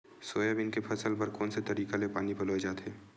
Soybean के फसल बर कोन से तरीका ले पानी पलोय जाथे?